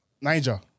Niger